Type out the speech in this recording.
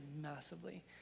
massively